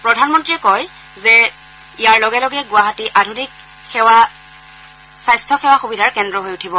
প্ৰধানমন্ত্ৰীয়ে কয় যে ইয়াৰ লগে লগে গুৱাহাটী আধুনিক সেৱা স্বাস্থ্য সুবিধাৰ কেন্দ্ৰ হৈ উঠিব